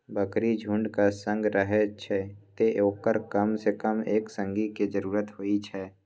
बकरी झुंडक संग रहै छै, तें ओकरा कम सं कम एक संगी के जरूरत होइ छै